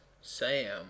sam